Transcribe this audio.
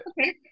okay